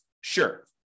Sure